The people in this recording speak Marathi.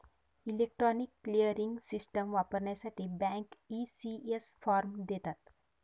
इलेक्ट्रॉनिक क्लिअरिंग सिस्टम वापरण्यासाठी बँक, ई.सी.एस फॉर्म देतात